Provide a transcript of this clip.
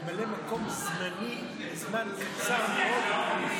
ממלא מקום זמני לזמן קצר מאוד,